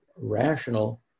rational